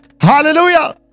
Hallelujah